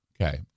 okay